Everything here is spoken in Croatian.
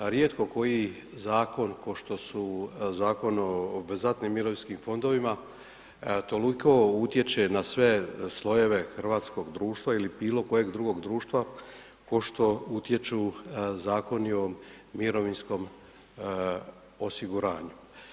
Rijetko koji zakon košto su Zakon o obvezatnim mirovinskim fondovima toliko utječe na sve slojeve hrvatskog društva ili bilo kojeg drugog društva košto utječu Zakoni o mirovinskom osiguranju.